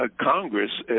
Congress